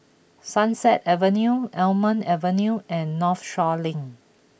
Sunset Avenue Almond Avenue and Northshore Link